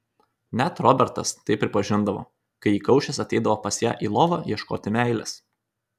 net robertas tai pripažindavo kai įkaušęs ateidavo pas ją į lovą ieškoti meilės